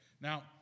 Now